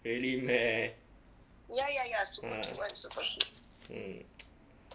really meh !wah! mm